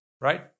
right